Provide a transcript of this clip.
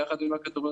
יחד עם הכדורגלנים,